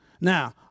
Now